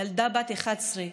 ילדה בת 11,